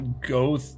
go